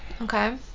Okay